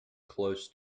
close